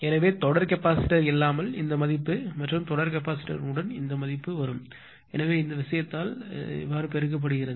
எனவே தொடர் கெப்பாசிட்டர் இல்லாமல் இந்த மதிப்பு மற்றும் தொடர் கெப்பாசிட்டர் உடன் இந்த மதிப்பு வரும் எனவே இந்த விஷயத்தால் பெருக்கப்பட்டது